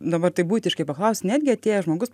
dabar taip buitiškai paklausiu netgi atėjęs žmogus